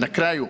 Na kraju,